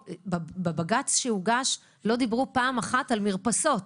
בבג"ץ שהוגש לא דיברו פעם אחת על מרפסות.